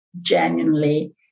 genuinely